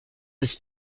was